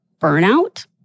burnout